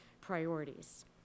priorities